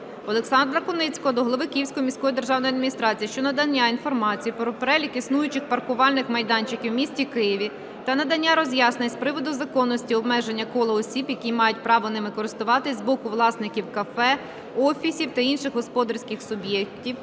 Олександра Куницького до голови Київської міської державної адміністрації щодо надання інформації, про перелік існуючих паркувальних майданчиків в місті Києві та надання роз'яснень з приводу законності обмеження кола осіб, які мають право ними користуватись з боку власників кафе, офісів та інших господарюючих суб'єктів,